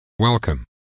Welcome